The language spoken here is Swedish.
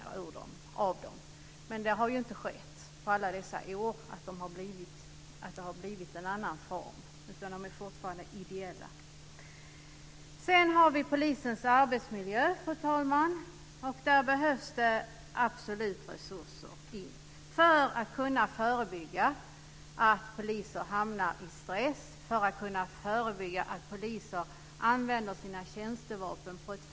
Men under alla dessa år har ingenting hänt, utan klubbarna är fortfarande ideella föreningar. Fru talman! Jag vill också ta upp frågan om polisens arbetsmiljö. Det behövs resurser för att bl.a. förebygga stress bland poliser, t.ex. att de inte ska använda tjänstevapen på fel sätt.